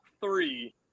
three